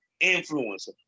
influencer